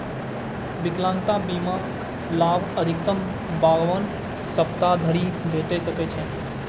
विकलांगता बीमाक लाभ अधिकतम बावन सप्ताह धरि भेटि सकै छै